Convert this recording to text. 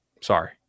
Sorry